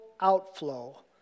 outflow